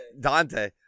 Dante